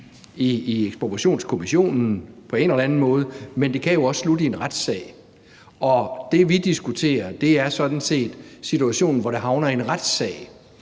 i Ekspropriationskommissionen. Men de kan jo også slutte i en retssag, og det, vi diskuterer her, er sådan set situationen, hvor de havner i en retssag,